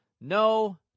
No